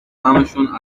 همشون